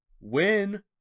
win